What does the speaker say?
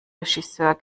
regisseur